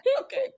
okay